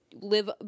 live